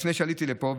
לפני שעליתי לפה,